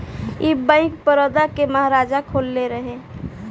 ई बैंक, बड़ौदा के महाराजा खोलले रहले